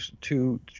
two